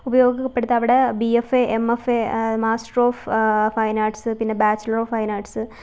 ഉപയോഗപ്പെടുത്താം അവിടെ B F A M F A master of fine arts പിന്നെ bachelor of fine arts